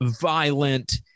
violent